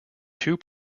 two